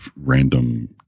random